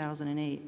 thousand and eight